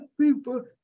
people